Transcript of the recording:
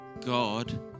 God